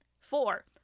Four